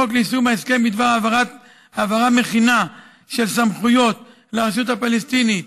חוק ליישום ההסכם בדבר העברה מכינה של סמכויות לרשות הפלסטינית